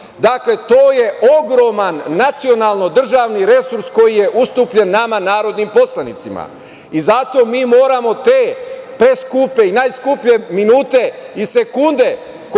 Dakle, to je ogroman nacionalno državni resurs koji je ustupljen nama narodnim poslanicima. Zato mi moramo te skupe i najskuplje minute i sekunde